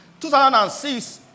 2006